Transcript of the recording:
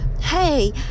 Hey